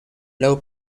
low